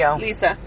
Lisa